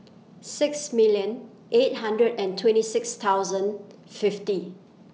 six million eight hundred and twenty six thousand fifty